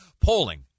polling